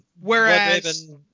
Whereas